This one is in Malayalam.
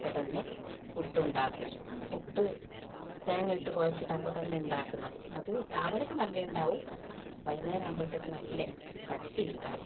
അപ്പം തന്നെ പുട്ടുണ്ടാക്കും പുട്ട് തേങ്ങയിട്ട് കുഴച്ചിട്ട് അപ്പം തന്നെ ഉണ്ടാക്കുന്നത് അത് രാവിലെ ഒക്കെ നല്ലത് ഉണ്ടാവും വൈകുന്നേരം ആകുമ്പഴത്തേക്ക് നല്ല കട്ടിയുണ്ടാവും